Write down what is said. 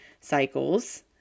cycles